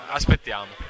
aspettiamo